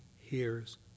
hears